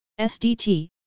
SDT